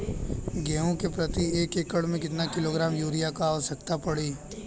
गेहूँ के प्रति एक एकड़ में कितना किलोग्राम युरिया क आवश्यकता पड़ी?